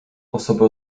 osoby